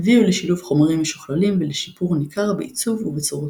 הביאו לשילוב חומרים משוכללים ולשיפור ניכר בעיצוב ובצורותיו.